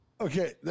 Okay